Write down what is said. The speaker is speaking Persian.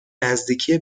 نزدیکی